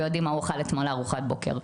ויודעים מה הוא אכל אתמול לארוחת בוקר,